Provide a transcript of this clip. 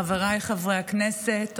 חבריי חברי הכנסת,